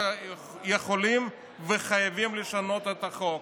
יכולים וחייבים לשנות את החוק.